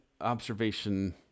observation